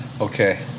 Okay